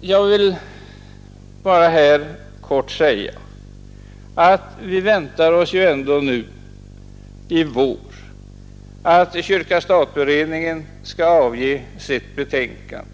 Jag vill här bara i korthet nämna att vi ju ändå nu i vår väntar oss att beredningen om stat och kyrka skall avge sitt betänkande